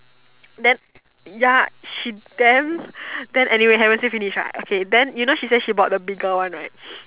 then ya she damn then anyway never say finish what I say then she say she bought the bigger one right